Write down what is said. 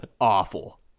awful